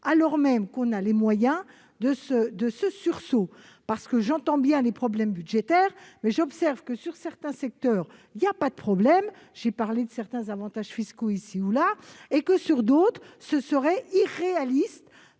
alors même que l'on a les moyens d'un sursaut. J'entends bien les problèmes budgétaires, mais j'observe que, dans certains secteurs, il n'y a pas de problème- j'ai parlé de certains avantages fiscaux ici ou là -et que dans d'autres, ce serait irréaliste,